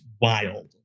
wild